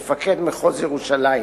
מפקד מחוז ירושלים,